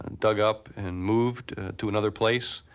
dug up, and moved to another place,